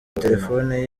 telefoni